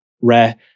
Rare